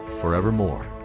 forevermore